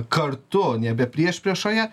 kartu nebe priešpriešoje